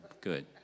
good